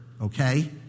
Okay